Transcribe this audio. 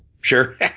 Sure